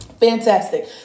Fantastic